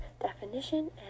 definition